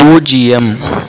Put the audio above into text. பூஜ்ஜியம்